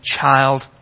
child